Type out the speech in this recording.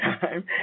time